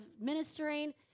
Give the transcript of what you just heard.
ministering